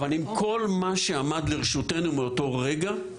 אבל, עם כל מה שעמד לרשותנו באותו רגע,